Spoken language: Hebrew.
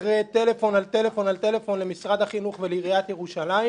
אחרי טלפון אחר טלפון אחר טלפון למשרד החינוך ולעיריית ירושלים